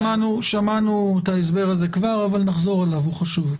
שמענו את ההסבר הזה כבר אבל נחזור עליו, הוא חשוב.